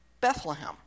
Bethlehem